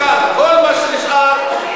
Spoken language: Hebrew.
בבקשה, בוא תענה על השאילתות שנשאלת.